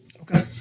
Okay